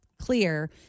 clear